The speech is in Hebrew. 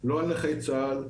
לא על נכי צה"ל,